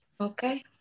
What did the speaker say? Okay